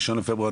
1 לפברואר,